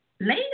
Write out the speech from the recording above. Later